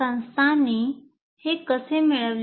संस्थांनी हे कसे मिळवले